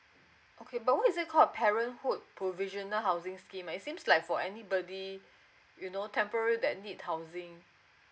okay but what is it call a parenthood provisional housing scheme it seems like for anybody you know temporary that need housing